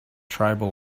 tribal